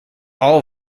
all